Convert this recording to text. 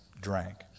drank